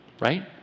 Right